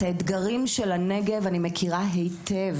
את האתגרים של הנגב אני מכירה היטב